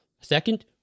Second